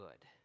good